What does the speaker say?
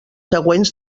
següents